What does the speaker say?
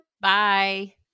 Bye